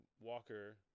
Walker